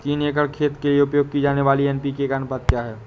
तीन एकड़ खेत के लिए उपयोग की जाने वाली एन.पी.के का अनुपात क्या है?